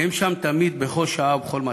הם שם תמיד, בכל שעה ובכל מצב.